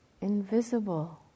Invisible